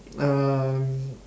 um